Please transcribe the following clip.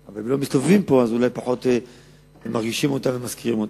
אבל הם לא מסתובבים פה אז אולי פחות מרגישים אותם ומזכירים אותם.